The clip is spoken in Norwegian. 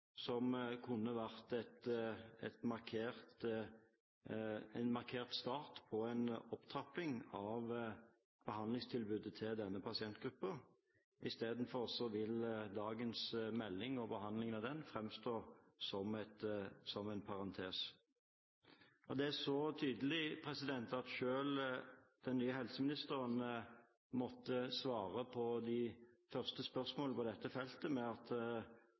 som kunne vært en markert start på en opptrapping av behandlingstilbudet til denne pasientgruppen. Istedenfor vil dagens melding og behandlingen av den framstå som en parentes. Det er så tydelig at selv den nye helseministeren måtte svare på de første spørsmål på dette feltet med at